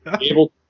able